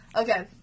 Okay